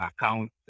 account